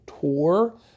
tour